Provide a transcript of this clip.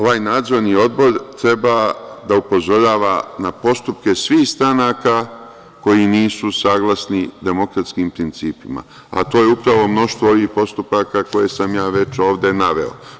Ovaj Nadzorni odbor treba da upozorava na postupke svih stranaka koji nisu saglasni demokratskim principima, a to je upravo mnoštvo ovih postupaka koje sam ja već ovde naveo.